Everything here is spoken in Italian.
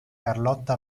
carlotta